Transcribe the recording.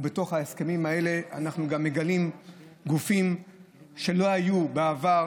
בתוך ההסכמים האלה אנחנו מגלים גם גופים שלא היו בעבר,